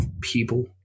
people